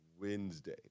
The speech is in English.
Wednesday